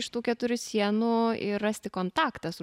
iš tų keturių sienų ir rasti kontaktą su